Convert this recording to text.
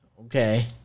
Okay